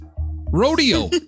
rodeo